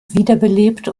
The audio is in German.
wiederbelebt